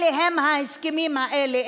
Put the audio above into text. אלה ההסכמים האלה.